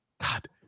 God